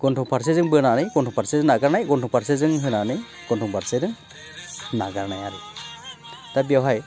गन्थं फारसेजों बोनानै गन्थं फारसेजों नागारनाय गन्थं फारसेजों होनानै गन्थं फारसेजों नागारनाय आरो दा बेवहाय